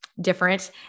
different